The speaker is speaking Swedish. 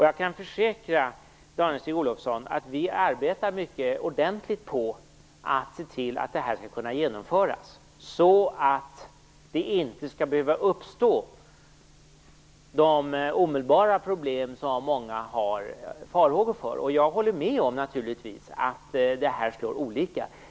Jag kan försäkra Danestig-Olofsson att vi arbetar mycket ordentligt på att se till att detta skall kunna genomföras, så att de omedelbara problem som många har farhågor för inte skall behöva uppstå. Jag håller med om att det här slår olika.